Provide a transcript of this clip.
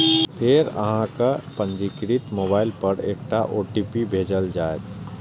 फेर अहांक पंजीकृत मोबाइल पर एकटा ओ.टी.पी भेजल जाएत